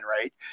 right